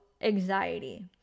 anxiety